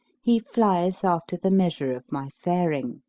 he flieth after the measure of my faring.